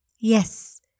Yes